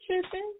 tripping